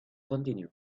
continued